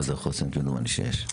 14 מרכזי חוסן כמדומני שיש.